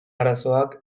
arazoak